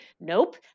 Nope